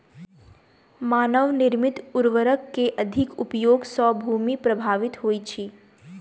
मानव निर्मित उर्वरक के अधिक उपयोग सॅ भूमि प्रभावित होइत अछि